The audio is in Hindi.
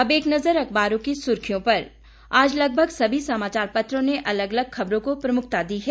अब एक नज़र अखबारों की सुर्खियों पर आज लगभग सभी समाचार पत्रों ने अलग अलग खबरों को प्रमुखता दी है